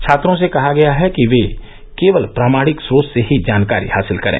छात्रों से कहा गया है कि वे केवल प्रामाणिक स्रोत से ही जानकारी हासिल करें